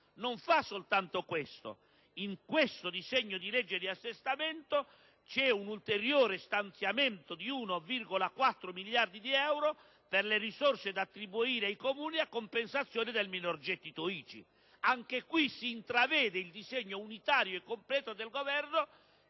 non fa soltanto questo: nel provvedimento vi è anche un ulteriore stanziamento di 1,4 miliardi di euro per le risorse da attribuire ai Comuni a compensazione del minor gettito ICI. Anche in questo caso si intravede il disegno unitario e completo del Governo,